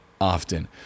often